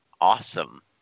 Awesome